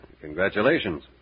Congratulations